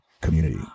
community